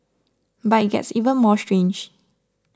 but it gets even more strange